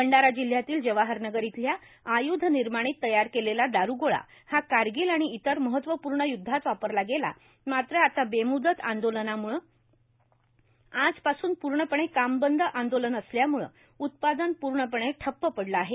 भंडारा जिल्ह्यातील जवाहर नगर येथील आयुध निर्माणीत तयार केलेला दारुगोळा हा कारगिल आणि इतर महत्तवपूर्ण युद्धात वापरला गेला मात्र आता बेमुदत आंदोलनामुळे आजपासून पूर्णपणे कामबंद आंदोलन असल्यामुळे उत्पादन पूर्णपणे ठप्प पडले आहे